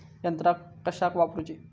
यंत्रा कशाक वापुरूची?